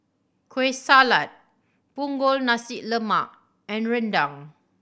Kueh Salat Punggol Nasi Lemak and rendang